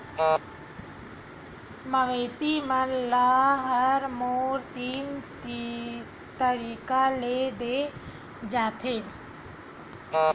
मवेसी मन ल हारमोन तीन तरीका ले दे जाथे